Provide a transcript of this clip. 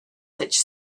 such